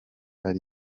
ari